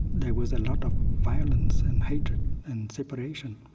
there was a lot of violence and hatred and separation.